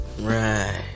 Right